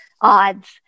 odds